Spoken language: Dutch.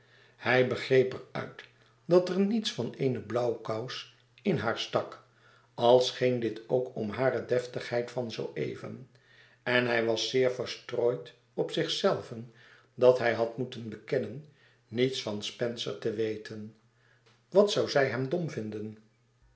hij begreep er uit dat er niets van eene blauwkous in haar stak al scheen dit ook om hare deftigheid van zooeven en hij was zeer verstoord op zichzelven dat hij had moeten bekennen niets van spencer te weten wat zou zij hem dom vinden